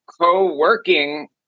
Co-working